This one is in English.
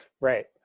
Right